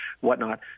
whatnot